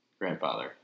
grandfather